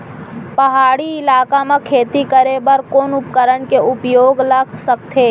पहाड़ी इलाका म खेती करें बर कोन उपकरण के उपयोग ल सकथे?